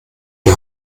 die